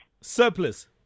Surplus